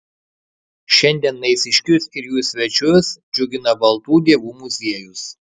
šiandien naisiškius ir jų svečius džiugina baltų dievų muziejus